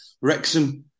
Wrexham